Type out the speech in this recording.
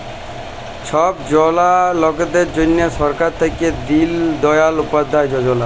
ছব জলা লকদের জ্যনহে সরকার থ্যাইকে দিল দয়াল উপাধ্যায় যজলা